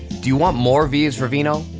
do you want more v is for vino?